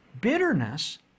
Bitterness